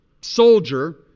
soldier